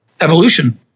evolution